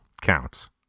counts